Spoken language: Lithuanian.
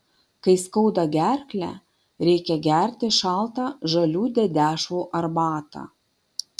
kai skauda gerklę reikia gerti šaltą žalių dedešvų arbatą